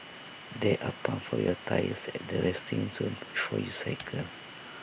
there are pumps for your tyres at the resting zone before you cycle